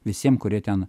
visiem kurie ten